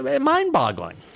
mind-boggling